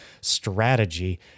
strategy